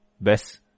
best